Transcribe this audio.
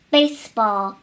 Baseball